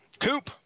Coop